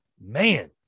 man